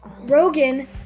rogan